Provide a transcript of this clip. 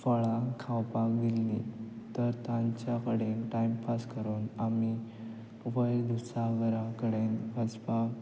फळां खावपाक दिल्लीं तर तांच्या कडेन टायम पास करून आमी वयर दुधसागरा कडेन वचपाक